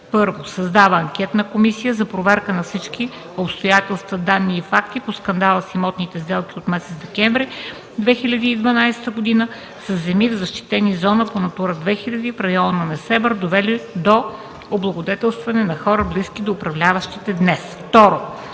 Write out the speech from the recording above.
1. Създава Анкетна комисия за проверка на всички обстоятелства, данни и факти по скандала с имотните сделки от месец декември 2012 г. със земи в защитени зони по Натура 2000 в района на Несебър, довели до облагодетелстване на хора, близки до управляващите днес. 2.